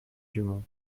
dumont